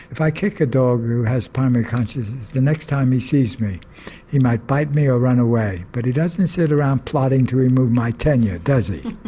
if i kick a dog who has primary consciousness the next time he sees me he might bite me or run away but he doesn't sit around plotting to remove my tenure, does he?